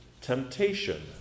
temptation